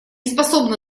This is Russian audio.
способно